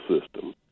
system